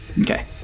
Okay